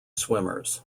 swimmers